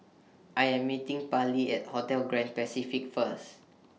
I Am meeting Pallie At Hotel Grand Pacific First